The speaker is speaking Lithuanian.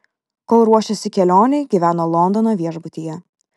kol ruošėsi kelionei gyveno londono viešbutyje